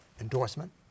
endorsement